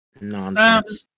Nonsense